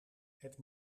het